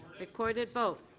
recorded vote.